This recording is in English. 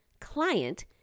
client